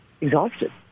exhausted